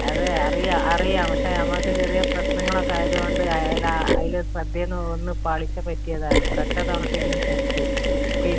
അതെ അറിയാം അടിയാം പക്ഷെ നമുക്ക് ചെറിയ പ്രശ്നങ്ങളൊക്കെ ആയത് കൊണ്ട് അയലാ അതില് ശ്രദ്ധയൊന്ന് പാളിച്ച പറ്റിയതാണ് ഒരൊറ്റ ത്തവണത്തേക്ക് ക്ഷമിക്ക് പ്ലീസ്